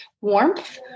warmth